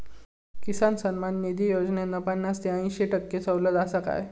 किसान सन्मान निधी योजनेत पन्नास ते अंयशी टक्के सवलत आसा काय?